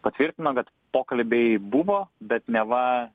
patvirtino kad pokalbiai buvo bet neva